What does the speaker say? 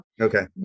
Okay